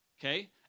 Okay